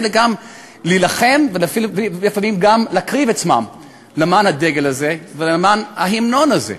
אלא גם להילחם ולפעמים גם להקריב עצמם למען הדגל הזה ולמען ההמנון הזה.